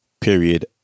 period